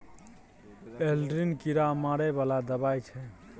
Aldrin कीरा मारै बला दवाई छै